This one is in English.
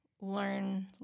learn